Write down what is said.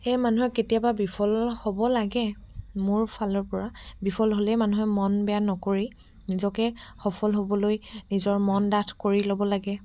সেয়ে মানুহে কেতিয়াবা বিফল হ'ব লাগে মোৰ ফালৰ পৰা বিফল হ'লেই মানুহে মন বেয়া নকৰি নিজকে সফল হ'বলৈ নিজৰ মন ডাঠ কৰি ল'ব লাগে